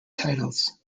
titles